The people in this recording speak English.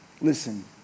listen